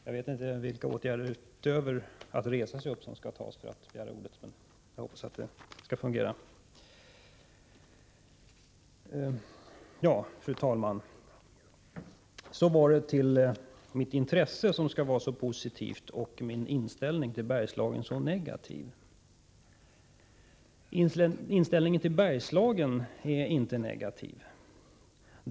Fru talman! Mitt intresse för Bergslagen skulle alltså vara så positivt och min inställning till Bergslagen så negativ. Min inställning till Bergslagen är inte negativ.